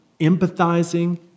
empathizing